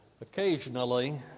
Occasionally